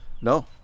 No